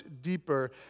deeper